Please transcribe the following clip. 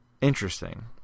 Interesting